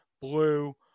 blue